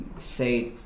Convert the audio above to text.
say